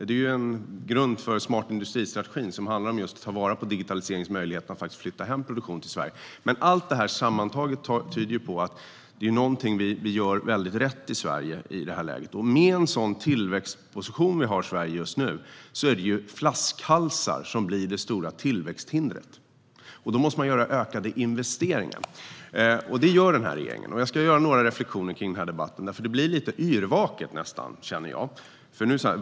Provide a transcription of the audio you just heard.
Det är ju en grund för smart-industri-strategin som handlar just om att ta vara på digitaliseringsmöjligheterna och faktiskt flytta hem produktion till Sverige. Men allt detta sammantaget tyder ju på att vi gör någonting väldigt rätt i Sverige i det här läget, och med en sådan tillväxtposition som vi har i Sverige just nu är det flaskhalsar som blir det stora tillväxthindret. Då måste man göra ökade investeringar, och det gör den här regeringen. Jag ska göra några reflektioner kring den här debatten, för det känns nästan lite yrvaket.